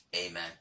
Amen